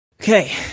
Okay